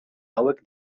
hauek